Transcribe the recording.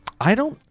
i don't,